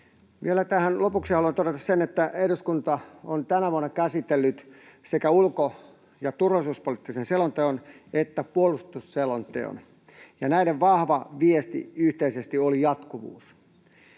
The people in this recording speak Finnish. Vielä tähän lopuksi haluan todeta sen, että eduskunta on tänä vuonna käsitellyt sekä ulko‑ ja turvallisuuspoliittisen selonteon että puolustusselonteon, ja näiden vahva viesti yhteisesti oli jatkuvuus.